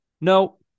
no